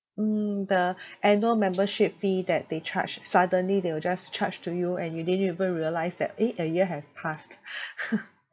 mm the annual membership fee that they charge suddenly they will just charge to you and you didn't even realise that eh a year have passed